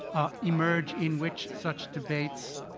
emerge in which such debates